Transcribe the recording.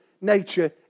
nature